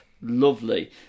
Lovely